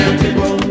people